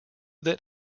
that